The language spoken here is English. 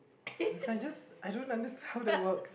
it's like just I don't understand how that works